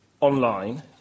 online